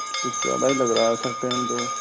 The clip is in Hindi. कुछ ज़्यादा ही लग रहा है सर टाइम तो